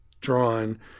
drawn